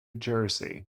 jersey